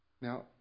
Now